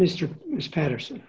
mr patterson